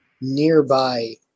nearby